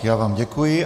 Já vám děkuji.